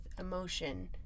emotion